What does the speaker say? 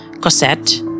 Cosette